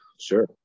Sure